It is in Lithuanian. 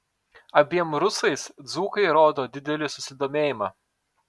abiem rusais dzūkai rodo didelį susidomėjimą